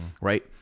right